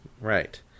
Right